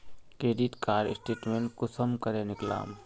Credit card statement कुंसम करे निकलाम?